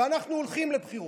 ואנחנו הולכים לבחירות,